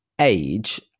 age